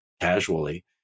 casually